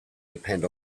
depend